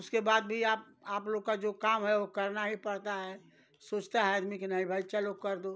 उसके बाद भी आप आप लोग का जो काम है वो करना ही पड़ता है सोचता है आदमी कि नहीं भाई चलो कर दो